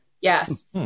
Yes